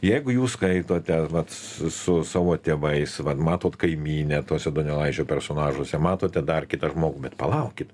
jeigu jūs skaitote vat su su savo tėvais vat matot kaimynę tuose donelaičio personažuose matote dar kitą žmogų bet palaukit